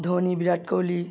Dhoni Virat Kohli